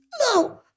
No